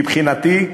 מבחינתי,